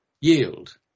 yield